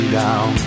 down